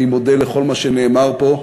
אני מודה על כל מה שנאמר פה,